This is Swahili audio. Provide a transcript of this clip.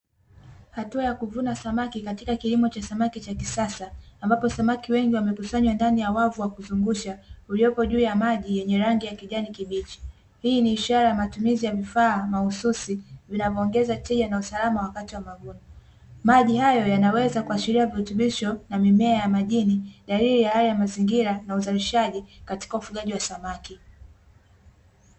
Hatua ya kuvuna samaki katika kilimo cha samaki cha kisasa, ambapo samaki wengi wamekusanywa ndani ya wavu wa kuzungusha, uliopo juu ya maji yenye rangi ya kijani kibichi. Hii ni ishara ya matumizi ya vifaa mahususi, vinavyoongeza tija na usalama wakati wa mavuno. Maji hayo yanaweza kuashiria virutubisho na mimea ya majini, dalili ya hali ya mazingira ya uzalishaji katika ufugaji wa samaki.